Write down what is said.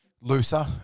looser